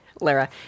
Lara